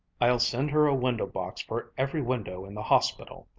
i'll send her a window-box for every window in the hospital.